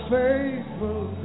faithful